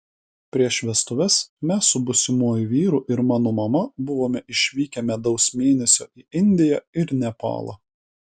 prieš vestuves mes su būsimuoju vyru ir mano mama buvome išvykę medaus mėnesio į indiją ir nepalą